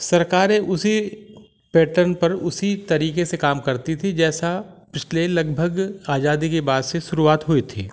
सरकारें उसी पैटर्न पर उसी तरीके से काम करती थी जैसा पिछले लगभग आजादी के बाद से शुरुआत हुई थी